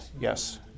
Yes